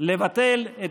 לבטל את